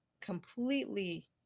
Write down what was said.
completely